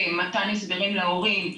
במתן הסברים להורים,